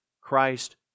Christ